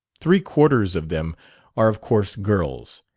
three-quarters of them are of course girls,